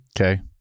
Okay